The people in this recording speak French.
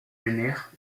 génère